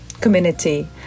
community